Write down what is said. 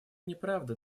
неправда